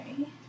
okay